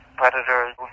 predators